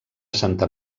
santa